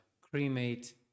cremate